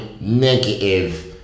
negative